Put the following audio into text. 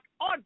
on